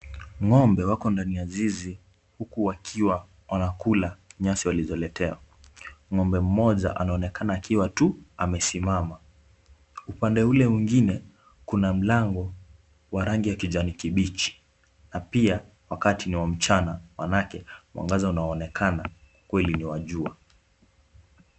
Ng'ombe wako ndani ya zizi huku wakiwa wanakula nyasi walizoletewa. Ng'ombe mmoja anaonekana akiwa tu amesimama. Upande ule mwingine kuna mlango wa rangi ya kijani kibichi na pia wakati ni wa mchana maanake mwangaza unaonekana ukweli ni wa jua.